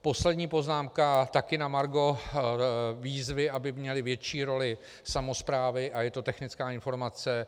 Poslední poznámka taky na margo výzvy, aby měly větší roli samosprávy, a je to technická informace.